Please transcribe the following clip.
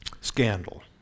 scandal